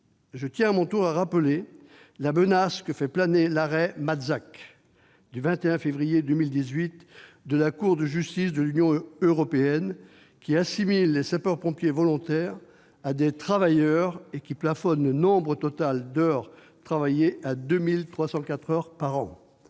je tiens à mon tour à rappeler la menace que fait planer l'arrêt, rendu le 21 février 2018 par la Cour de justice de l'Union européenne, qui assimile les sapeurs-pompiers volontaires à des travailleurs et qui plafonne à 2 304 heures par an